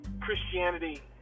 Christianity